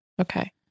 Okay